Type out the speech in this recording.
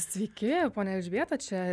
sveiki ponia elžbieta čia